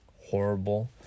horrible